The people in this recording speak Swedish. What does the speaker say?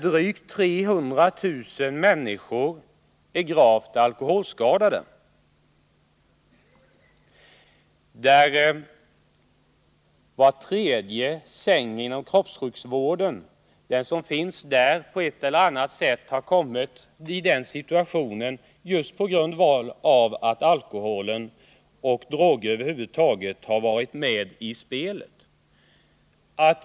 Drygt 300 000 människor är gravt alkoholskadade, och var tredje säng inom kroppssjukvården är upptagen av personer som hamnat där just på grund av att alkohol eller andra droger på något sätt varit med i spelet.